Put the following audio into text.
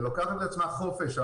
ולוקחת לעצמה חופש.